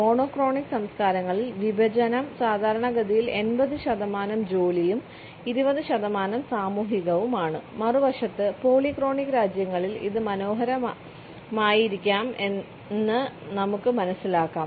monochronic സംസ്കാരങ്ങളിൽ വിഭജനം സാധാരണഗതിയിൽ 80 ശതമാനം ജോലിയും 20 ശതമാനം സാമൂഹികവുമാണ് മറുവശത്ത് പോളിക്രോണിക് രാജ്യങ്ങളിൽ ഇത് മനോഹരമായിരിക്കാമെന്ന് നമുക്ക് മനസ്സിലാക്കാം